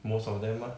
most of them mah